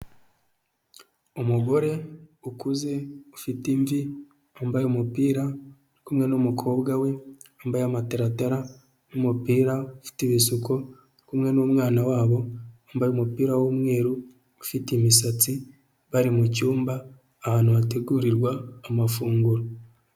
Umugore ukuze ufite imvi wambaye umupira kumwe n'umukobwa we wambaye amataratara n'umupira ufite isuku kumwe n'umwana wabo wambaye umupira wmweru ufite imisatsi bari mucyumba ahantu hategurirwa amafunguro.